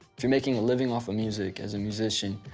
to making a living off of music as a musician